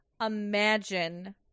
imagine